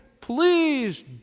please